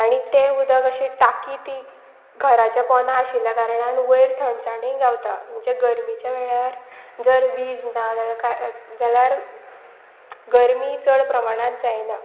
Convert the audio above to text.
आनी तें उदक अशी टाकी ती घराच्या पोना आशिल्ल्या कारणान वयर थंडसाणी गावता म्हणजे गरमीच्या वेळार जर वीज ना जाल्यार जाल्यार गर्मी चड प्रमाणांत जायना